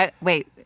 Wait